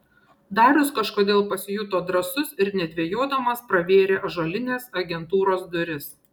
darius kažkodėl pasijuto drąsus ir nedvejodamas pravėrė ąžuolines agentūros duris